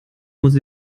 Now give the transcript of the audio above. muss